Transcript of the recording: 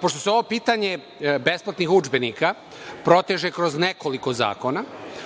Pošto se ovo pitanje besplatnih udžbenika proteže kroz nekoliko zakona